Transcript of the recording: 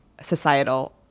societal